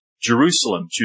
Jerusalem